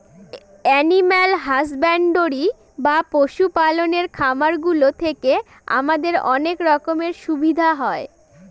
animal husbandry বা পশু পালনের খামার গুলো থেকে আমাদের অনেক রকমের সুবিধা হয়